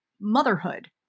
motherhood